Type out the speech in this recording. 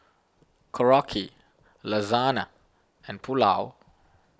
Korokke Lasagne and Pulao